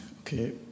Okay